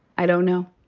i don't know.